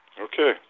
Okay